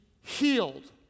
healed